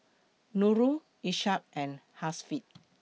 Nurul Ishak and Hasif